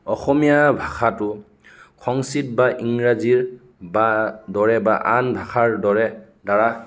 অসমীয়া ভাষাটো সংস্কৃত বা ইংৰাজীৰ বা দৰে বা আন ভাষাৰ দৰে দ্বাৰা